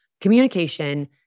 communication